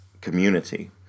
community